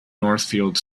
northfield